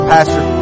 Pastor